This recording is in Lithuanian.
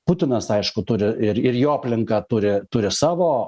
putinas aišku turi ir ir jo aplinka turi turi savo